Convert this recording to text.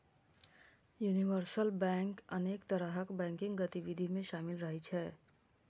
universal bank अनेक तरहक banking गतिविधि मे शामिल रहै छै